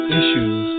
issues